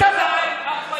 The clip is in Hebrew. אתה, במריצות, במריצות.